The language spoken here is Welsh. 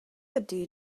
ydy